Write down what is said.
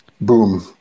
Boom